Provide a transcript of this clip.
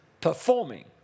performing